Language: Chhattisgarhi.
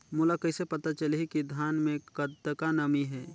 मोला कइसे पता चलही की धान मे कतका नमी हे?